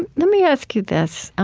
and let me ask you this